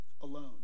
alone